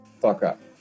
fuck-up